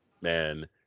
man